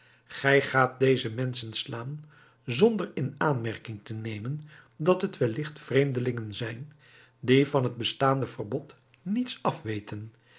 gij gaat deze menschen slaan zonder in aanmerking te nemen dat het welligt vreemdelingen zijn die van het bestaande verbod niets